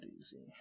easy